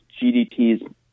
GDT's